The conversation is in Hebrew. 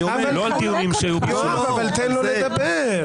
לא על דיונים שהיו --- תן לו לדבר.